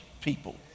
people